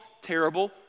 terrible